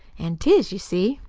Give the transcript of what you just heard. an' tis, you see.